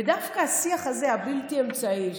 ודווקא השיח הבלתי-אמצעי הזה,